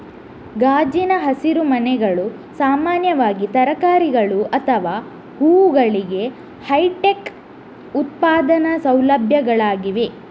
ಗಾಜಿನ ಹಸಿರುಮನೆಗಳು ಸಾಮಾನ್ಯವಾಗಿ ತರಕಾರಿಗಳು ಅಥವಾ ಹೂವುಗಳಿಗೆ ಹೈಟೆಕ್ ಉತ್ಪಾದನಾ ಸೌಲಭ್ಯಗಳಾಗಿವೆ